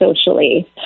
socially